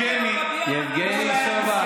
יבגני סובה,